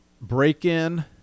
break-in